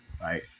right